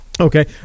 Okay